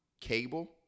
cable